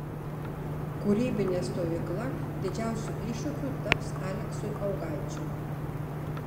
kūrybinė stovykla didžiausiu iššūkiu taps aleksui augaičiui